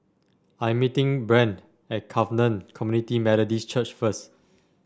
I'm meeting Brant at Covenant Community Methodist Church first